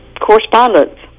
correspondence